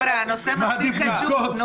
חבר'ה, הנושא מספיק חשוב.